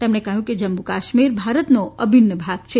તેમણે કહ્યુકે જમ્મુ કાશ્મીર ભારતનો અભિન્ન ભાગ છે